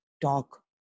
talk